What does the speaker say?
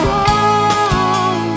wrong